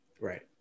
Right